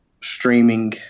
streaming